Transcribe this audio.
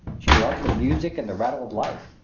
she loves the music and the rattle of life.